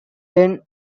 then